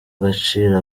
agaciro